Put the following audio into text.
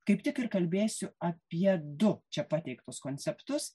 kaip tik ir kalbėsiu apie du čia pateiktus konceptus